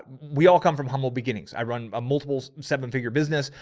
we all come from humble beginnings. i run a multiple seven figure business,